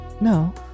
No